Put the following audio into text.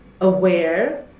aware